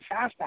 fastback